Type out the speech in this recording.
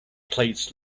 plates